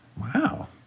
Wow